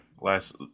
Last